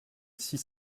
six